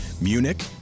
Munich